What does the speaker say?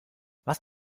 was